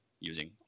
using